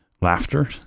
laughter